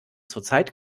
zurzeit